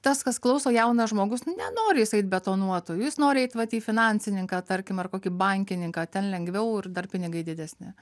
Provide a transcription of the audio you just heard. tas kas klauso jaunas žmogus nenori jisai betonuotoju nori eit į finansininką tarkim ar kokį bankininką ten lengviau ir dar pinigai didesni